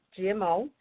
GMO